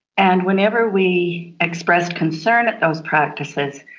and whenever we expressed concern at those practices,